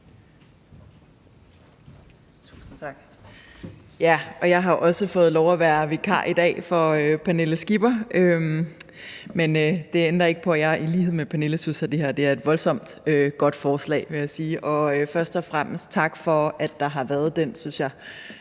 Jeg har også fået lov at være vikar i dag for Pernille Skipper, men det ændrer ikke på, at jeg i lighed med Pernille Skipper synes, at det her er et voldsomt godt forslag. Først og fremmest tak for, at der har været den, synes jeg,